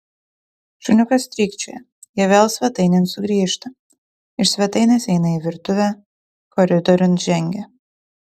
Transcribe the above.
šuniukas strykčioja jie vėl svetainėn sugrįžta iš svetainės eina į virtuvę koridoriun žengia